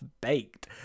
baked